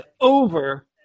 over